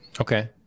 Okay